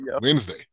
Wednesday